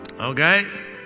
Okay